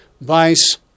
Vice